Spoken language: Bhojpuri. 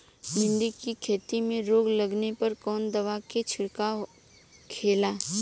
भिंडी की खेती में रोग लगने पर कौन दवा के छिड़काव खेला?